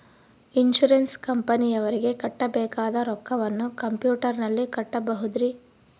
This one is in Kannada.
ಇನ್ಸೂರೆನ್ಸ್ ಕಂಪನಿಯವರಿಗೆ ಕಟ್ಟಬೇಕಾದ ರೊಕ್ಕವನ್ನು ಕಂಪ್ಯೂಟರನಲ್ಲಿ ಕಟ್ಟಬಹುದ್ರಿ?